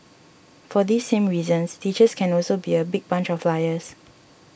for these same reasons teachers can also be a big bunch of liars